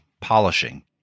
polishing